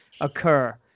occur